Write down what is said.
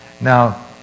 Now